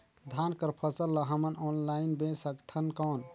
धान कर फसल ल हमन ऑनलाइन बेच सकथन कौन?